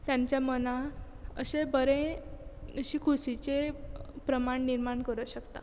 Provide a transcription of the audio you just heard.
तांच्या मना अशे बरे अशे खुशीचे प्रमाण निर्माण करूं शकता